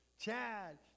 Chad